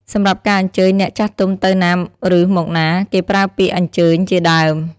សម្រាប់ការអញ្ជើញអ្នកចាស់ទុំទៅណាឬមកណា គេប្រើពាក្យ "អញ្ជើញ" ជាដើម។